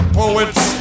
poets